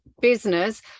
business